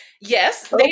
Yes